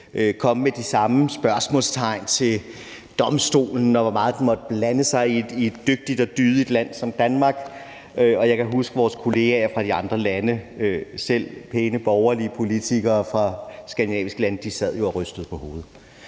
og sætte de samme spørgsmålstegn ved domstolen og ved, hvor meget den måtte blande sig i forhold til et dygtigt og dydigt land som Danmark. Og jeg kan huske, hvordan vores kolleger fra de andre lande, der selv var pæne borgerlige politikere fra de skandinaviske lande, jo sad og rystede på hovedet.